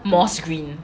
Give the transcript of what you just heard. moss green